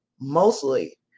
mostly